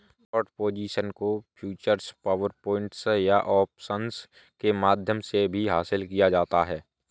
short position को futures, forwards या options के माध्यम से भी हासिल किया जाता है